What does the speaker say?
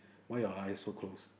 why your eyes so close